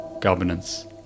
governance